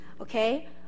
Okay